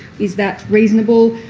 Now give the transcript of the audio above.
is that reasonable,